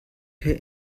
per